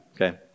okay